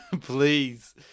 Please